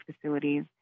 facilities